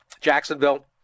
Jacksonville